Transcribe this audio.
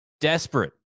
desperate